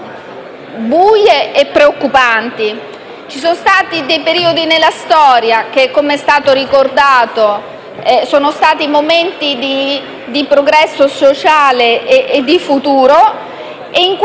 buie e preoccupanti. Ci sono stati dei periodi della storia che, come è stato ricordato, hanno prodotto momenti di progresso sociale e di futuro